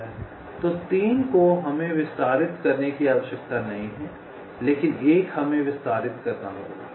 तो 2 को हमें विस्तारित करने की आवश्यकता नहीं है लेकिन 1 हमें विस्तारित करना होगा